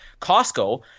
Costco